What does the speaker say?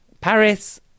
Paris